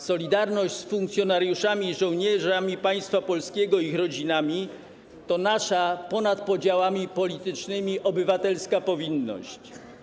Solidarność z funkcjonariuszami i żołnierzami państwa polskiego i ich rodzinami to nasza ponad podziałami politycznymi obywatelska powinność.